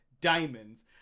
diamonds-